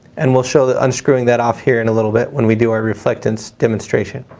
and we'll show that unscrewing that off here in a little bit when we do our reflectance demonstration.